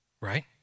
right